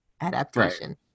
adaptation